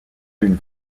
une